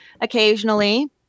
occasionally